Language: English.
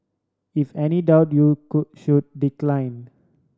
if any doubt you could should decline